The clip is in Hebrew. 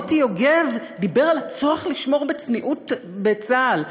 מוטי יוגב דיבר על הצורך לשמור על צניעות בצה"ל.